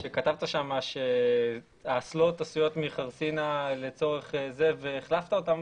שכתבת שם שהאסלות עשויות מחרסינה והחלפת אותם,